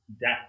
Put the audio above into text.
death